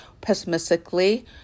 pessimistically